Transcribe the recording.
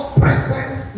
presence